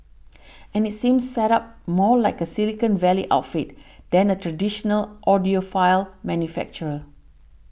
and it seems set up more like a silicon valley outfit than a traditional audiophile manufacturer